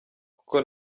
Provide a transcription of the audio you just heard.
kuko